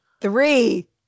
Three